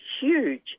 huge